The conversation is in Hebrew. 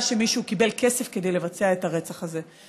שמישהו קיבל כסף כדי לבצע את הרצח הזה.